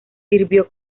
sirvió